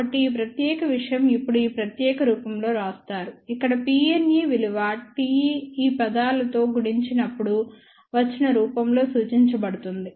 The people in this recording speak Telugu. కాబట్టి ఈ ప్రత్యేక విషయం ఇప్పుడు ఈ ప్రత్యేక రూపం లో వ్రాస్తారు ఇక్కడ Pne విలువ Te ఈ పదాలతో గుణించినప్పుడు వచ్చిన రూపంలో సూచించబడుతుంది